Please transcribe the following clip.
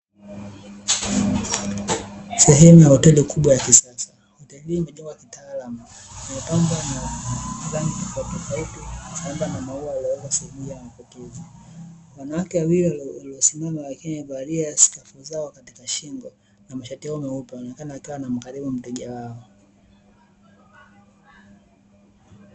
Sehemu ya hoteli kubwa ya kisasa, hoteli hii imejengwa kitaalamu, imepambwa na maua ya rangi tofautitofauti sambamba na maua yaliyopo sehemu ya mapokezi. Wanawake wawili waliosimama wakiwa wamevalia skafu zao katika shingo na mashati yao meupe, wanaonekana wakiwa wanamkarimu mteja wao.